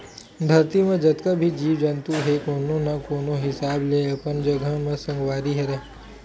धरती म जतका भी जीव जंतु हे कोनो न कोनो हिसाब ले अपन जघा म संगवारी हरय